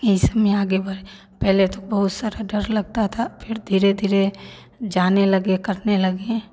यही सब में आगे बढ़े पहले तो बहुत सारा डर लगता था फिर धीरे धीरे जाने लगे करने लगे